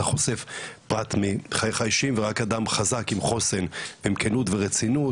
אתה חושף פרט מחייך האישיים ורק אדם חזק עם חוסן ועם כנות ורצינות,